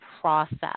process